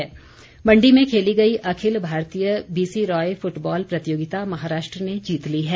football Mandi में खेली गई अखिल भारतीय बीसी रॉय फुटबाल प्रतियोगिता महाराष्ट्र ने जीत ली है